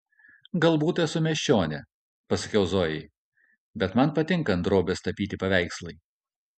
galbūt esu miesčionė pasakiau zojai bet man patinka ant drobės tapyti paveikslai